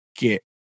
get